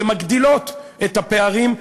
הן מגדילות את הפערים,